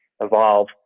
evolve